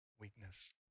weakness